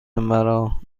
مرا